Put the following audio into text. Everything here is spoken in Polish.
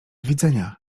widzenia